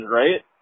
right